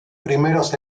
primeros